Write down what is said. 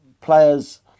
players